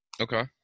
Okay